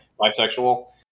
bisexual